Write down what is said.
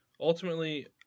ultimately